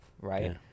right